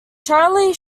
charley